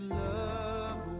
love